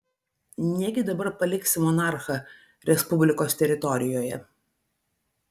negi dabar paliksi monarchą respublikos teritorijoje